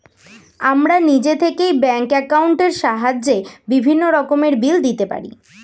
আমরা নিজে থেকেই ব্যাঙ্ক অ্যাকাউন্টের সাহায্যে বিভিন্ন রকমের বিল দিতে পারি